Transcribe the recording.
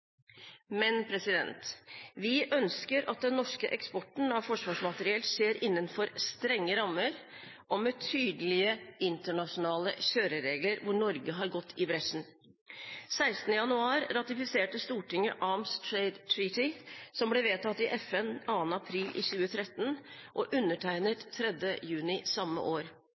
Vi ønsker at den norske eksporten av forsvarsmateriell skjer innenfor strenge rammer og med tydelige internasjonale kjøreregler, hvor Norge har gått i bresjen. 16. januar ratifiserte Stortinget Arms Trade Treaty, som ble vedtatt i FN 2. april 2013 og undertegnet 3. juni samme år.